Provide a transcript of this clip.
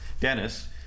dennis